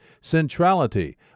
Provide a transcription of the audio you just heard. Centrality